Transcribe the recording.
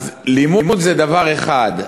אז לימוד זה דבר אחד,